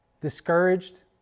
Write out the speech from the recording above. Discouraged